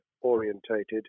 orientated